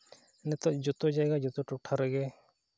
ᱱᱤᱛᱚᱜ ᱡᱚᱛᱚ ᱡᱟᱭᱜᱟ ᱡᱚᱛᱚ ᱴᱚᱴᱷᱟ ᱨᱮᱜᱮ